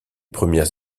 premières